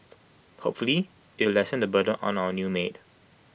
hopefully it'll lessen the burden on our new maid